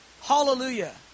Hallelujah